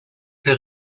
fait